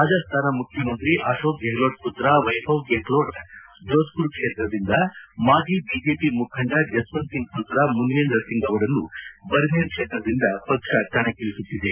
ರಾಜಸ್ಥಾನ ಮುಖ್ಯಮಂತ್ರಿ ಅಶೋಕ್ ಗೆಹ್ಲೋಟ್ ಪುತ್ರ ವೈಭವ್ ಗೆಹ್ಲೋಟ್ ಜೋಧ್ಪುರ ಕ್ಷೇತ್ರದಿಂದ ಮಾಜಿ ಬಿಜೆಪಿ ಮುಖಂಡ ಜಸ್ವಂತ್ ಸಿಂಗ್ ಪುತ್ರ ಮನ್ಷೇಂದ್ರ ಸಿಂಗ್ ಅವರನ್ನು ಬರ್ಮೆರ್ ಕ್ಷೇತ್ರದಿಂದ ಪಕ್ಷ ಕಣಕ್ಕಿಳಿಸುತ್ತಿದೆ